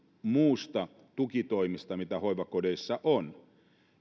muista tukitoimista mitä hoivakodeissa on